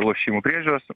lošimų priežiūros